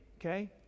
okay